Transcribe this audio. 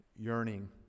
yearning